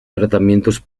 tratamientos